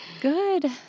Good